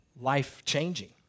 life-changing